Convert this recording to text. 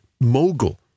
mogul